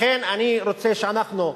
לכן אני רוצה שאנחנו,